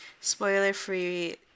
spoiler-free